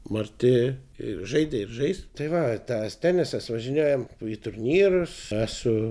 marti ir žaidė ir žais tai va tas tenisas važinėjam į turnyrus esu